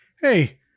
hey